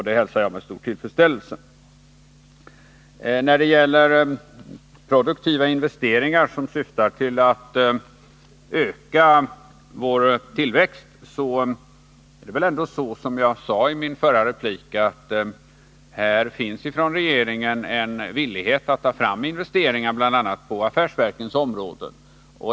Det hälsar jag med stor tillfredsställelse. När det gäller produktiva investeringar som syftar till att öka vår tillväxt är det så, som jag sade i min förra replik, att här finns i regeringen en villighet att ta fram investeringar, bl.a. på affärsverkens område.